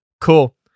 Cool